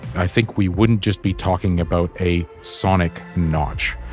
i think we wouldn't just be talking about a sonic notch.